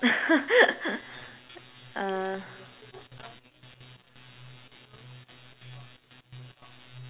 uh